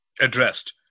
addressed